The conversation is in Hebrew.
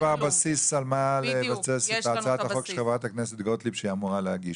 אז יש לכם כבר בסיס להצעת החוק שחברת הכנסת גוטליב אמורה להגיש.